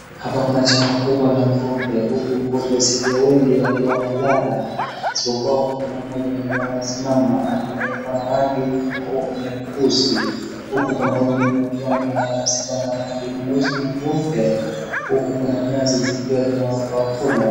Hapa kuna chama kubwa la ng'ombe huku ng'ombe zikiwa wengi wakiwa wanalala isipokua kuna mmoja mwenye anasimama aliye na rangi nyeusi huku kuna wengine wakiwa wamelala zikiwa na rangi nyeusi na nyeupe huku kuna nyasi zikiwa wanakula.